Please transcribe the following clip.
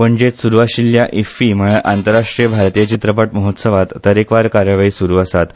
पणजेंत सुरू आशिल्ल्या इफ्फी म्हळ्यार आंतरराष्ट्रीय भारतीय चित्रपट महोत्सवांत तरेकवार कार्यावळी सुरू आसात